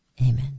Amen